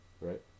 Right